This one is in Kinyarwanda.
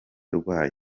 rwayo